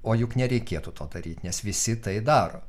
o juk nereikėtų to daryt nes visi tai daro